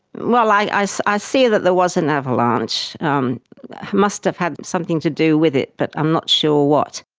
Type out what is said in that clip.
well, i see i see that there was an avalanche, it um must have had something to do with it, but i'm not sure what.